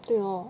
对 lor